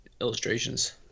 illustrations